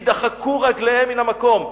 יידחקו רגליהם מן המקום.